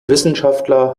wissenschaftler